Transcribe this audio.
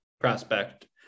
prospect